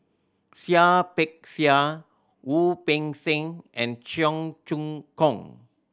Seah Peck Seah Wu Peng Seng and Cheong Choong Kong